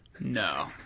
No